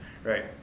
Right